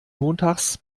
montags